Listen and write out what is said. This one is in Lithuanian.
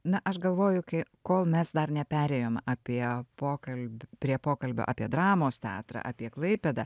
na aš galvoju kai kol mes dar neperėjom apie pokalb prie pokalbio apie dramos teatrą apie klaipėdą